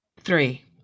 Three